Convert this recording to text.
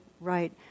right